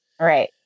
right